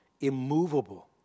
immovable